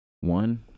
One